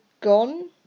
gone